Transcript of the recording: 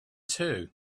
too